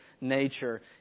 nature